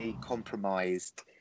compromised